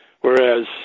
whereas